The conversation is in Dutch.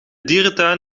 dierentuin